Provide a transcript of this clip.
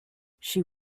she